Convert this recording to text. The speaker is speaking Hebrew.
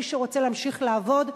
מי שרוצה להמשיך לעבוד,